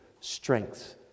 strength